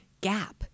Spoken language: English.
gap